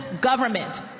government